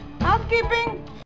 Housekeeping